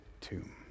tomb